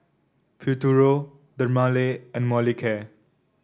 Futuro Dermale and Molicare